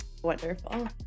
wonderful